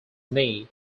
knee